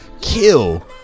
kill